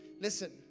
Listen